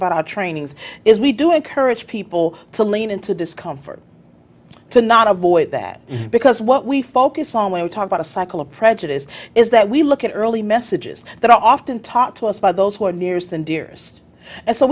about our trainings is we do encourage people to lean into discomfort to not avoid that because what we focus on when we talk about a cycle of prejudice is that we look at early messages that are often taught to us by those who are nearest and